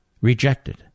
Rejected